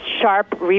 sharp